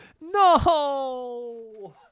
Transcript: no